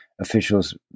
officials